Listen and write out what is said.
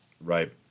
right